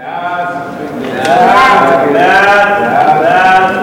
כהצעת הוועדה,